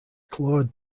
claude